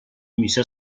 mise